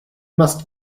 must